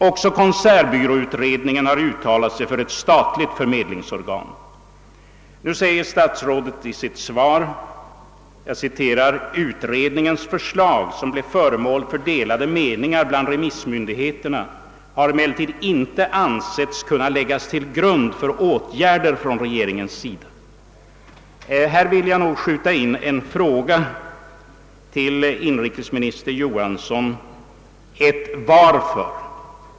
Även konsertbyråutredningen har uttalat sig för ett statligt förmedlingsorgan. Statsrådet säger i sitt svar: »Utredningens förslag, som blev föremål för delade meningar bland remissmyndigheterna, har emellertid inte ansetts kunna läggas till grund för åtgärder från regeringens sida.» Här vill jag skjuta in en fråga till inrikesminister Johansson, nämligen: Varför?